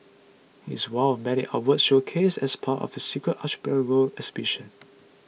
it's one of many artworks showcased as part of the Secret Archipelago exhibition